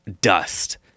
dust